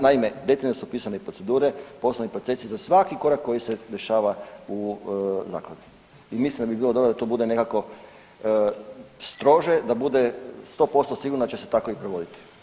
Naime, detaljno su procedure, poslovni procesi za svaki korak koji se dešava u zakladi i mislim da bi bilo dobro da to bude nekako strože, da bude 100% sigurno da će se tako i provoditi.